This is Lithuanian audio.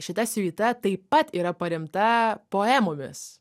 šita siuita taip pat yra paremta poemomis